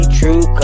true